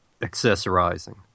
accessorizing